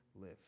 live